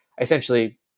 essentially